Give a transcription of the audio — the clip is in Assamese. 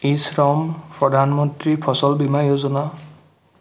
ই শ্ৰম প্ৰধানমন্ত্ৰী ফচল বীমা য়োজনা